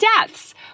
deaths